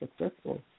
successful